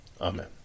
Amen